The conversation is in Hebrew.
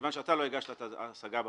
מכיוון שאתה לא הגשת את ההשגה במועד,